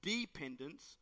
dependence